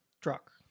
truck